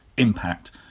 Impact